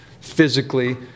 physically